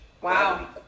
Wow